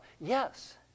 Yes